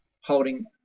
holding